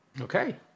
Okay